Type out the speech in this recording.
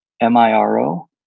M-I-R-O